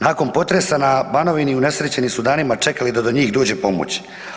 Nakon potresa na Banovini unesrećeni su danima čekali da do njih dođe pomoć.